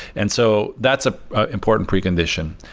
and so that's ah an important precondition.